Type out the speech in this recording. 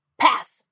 Pass